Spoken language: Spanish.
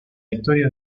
historia